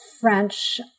French